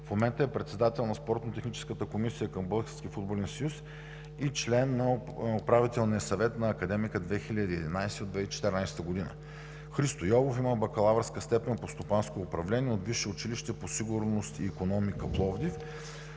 В момента е председател на Спортно-техническата комисия към Българския футболен съюз и член на Управителния съвет на „Академика 2011“ от 2014 г. Христо Йолов има бакалавърска степен по стопанско управление от Висше училище по сигурност и икономика – Пловдив,